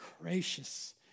gracious